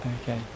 okay